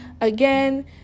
Again